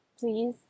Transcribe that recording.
please